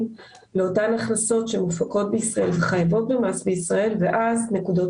לאותן הכנסות שחייבות במס בישראל ואז נקודות